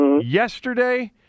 yesterday